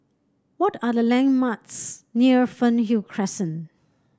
what are the landmarks near Fernhill Crescent